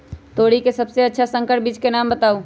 तोरी के सबसे अच्छा संकर बीज के नाम बताऊ?